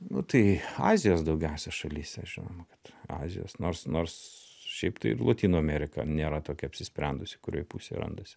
nu tai azijos daugiausia šalyse žinoma kad azijos nors nors šiaip tai ir lotynų amerika nėra tokia apsisprendusi kurioj pusėj randasi